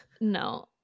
No